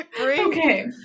okay